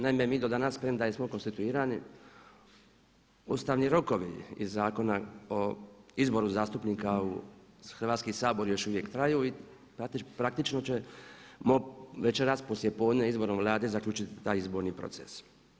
Naime mi do danas, premda jesmo konstituirani, ustavni rokovi iz Zakona o izboru zastupnika u Hrvatski sabor još uvijek traju i praktično ćemo večeras poslijepodne izborom Vlade zaključiti taj izborni proces.